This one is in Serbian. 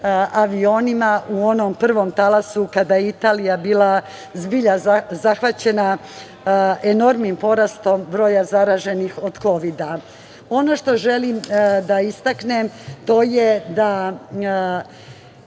avionima u onom prvom talasu kada je Italija bila zbilja zahvaćena enormnim porastom broja zaraženih od Kovida. Ono što želim da istaknem to je da